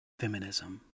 feminism